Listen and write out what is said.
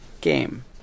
game